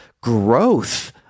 growth